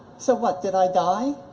so what, did i die